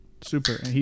super